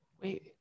Wait